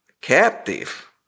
captive